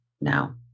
now